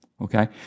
Okay